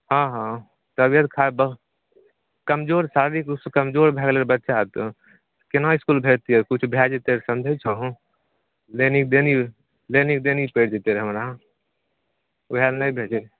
हँ हँ तबियत खराब बहुत कमजोर शारीरिक रूपसँ कमजोर भए गेलै रऽ बच्चा तऽ केना इसकूल भेजतियै रऽ किछु भै जेतै समझै छहो लेनी देनी लेनी देनी पड़ि जेतै रऽ हमरा ओहए लऽ नहि भेजे